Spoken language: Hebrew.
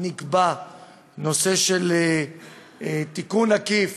נקבע תיקון עקיף